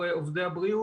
עובדים בזימון סדור.